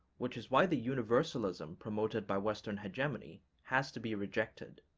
which is why the universalism promoted by western hegemony has to be rejected.